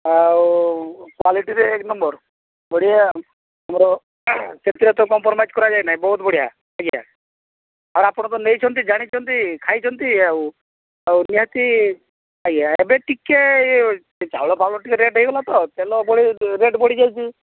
ଆଉ କ୍ଵାଲିଟିରେ ଏକ୍ ନମ୍ବର୍ ବଢ଼ିଆ ମୋର ସେଥିରେ ତ କମ୍ପ୍ରୋମାଇଜ୍ କରାଯାଏ ନାହିଁ ବହୁତ୍ ବଢ଼ିଆ ଆଜ୍ଞା ଆପଣ ତ ନେଇଛନ୍ତି ଜାଣିଛନ୍ତି ଖାଇଛନ୍ତି ଆଉ ଆଉ ନିହାତି ଆଜ୍ଞା ଏବେ ଟିକେ ଚାଉଳ ଫାଉଳ ଟିକେ ରେଟ୍ ହୋଇଗଲା ତ ତେଲ ପୁଣି ରେଟ୍ ବଢିଯାଇଛି